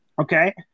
okay